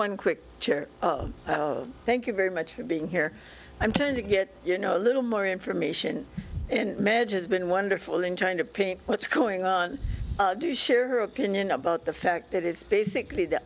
one quick chair thank you very much for being here i'm trying to get you know a little more information and meds has been wonderful in trying to paint what's going on do you share her opinion about the fact that it's basically the